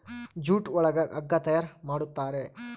jute ಒಳಗ ಹಗ್ಗ ತಯಾರ್ ಮಾಡುತಾರೆ